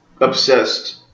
obsessed